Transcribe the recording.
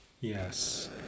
Yes